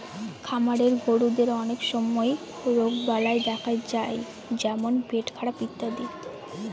খামারের গরুদের অনেক সময় রোগবালাই দেখা যায় যেমন পেটখারাপ ইত্যাদি